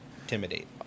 Intimidate